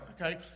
okay